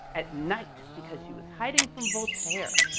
at night, because she was hiding from voltaire.